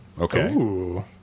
okay